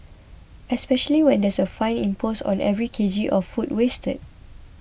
especially when there's a fine imposed on every K G of food wasted